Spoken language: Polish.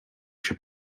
się